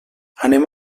anem